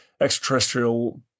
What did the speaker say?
extraterrestrial